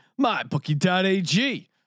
MyBookie.ag